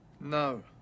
No